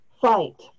fight